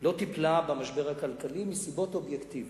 לא טיפלה במשבר הכלכלי, מסיבות אובייקטיביות.